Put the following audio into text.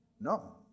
No